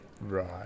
Right